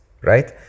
Right